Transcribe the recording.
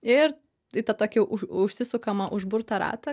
ir į tą tokį už užsisukamą užburtą ratą